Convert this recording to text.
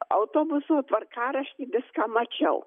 autobusų tvarkaraštį viską mačiau